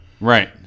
Right